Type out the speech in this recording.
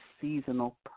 seasonal